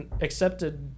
accepted